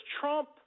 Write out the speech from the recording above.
Trump